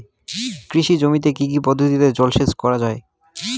কৃষি জমিতে কি কি পদ্ধতিতে জলসেচ করা য়ায়?